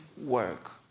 work